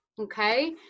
okay